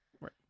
Right